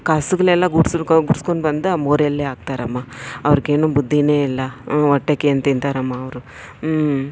ಕಸಗಳೆಲ್ಲ ಗುಡಿಸ್ರಿ ಕೊ ಗುಡ್ಸ್ಕೊಂಡ್ಬಂದು ಆ ಮೋರಿಯಲ್ಲಿ ಹಾಕ್ತಾರಮ್ಮ ಅವ್ರಿಗೇನೂ ಬುದ್ಧಿಯೇ ಇಲ್ಲ ಹೊಟ್ಟೆಗೇನು ತಿಂತಾರಮ್ಮ ಅವರು